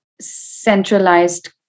centralized